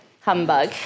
Humbug